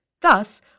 Thus